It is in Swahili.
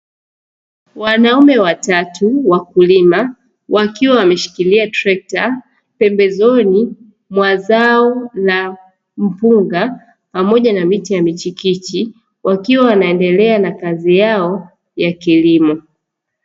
Wanaume watatu wakulima wakiwa wameshikilia trekta pembezoni mwa zao la mpunga pamoja na miti ya michikichi, wakiwa wanaendelea na kazi yao ya kilimo.